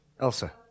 Elsa